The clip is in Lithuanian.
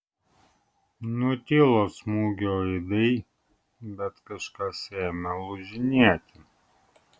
nutilo smūgio aidai bet kažkas ėmė lūžinėti